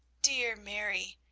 dear mary,